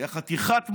יא חתיכת מושחת.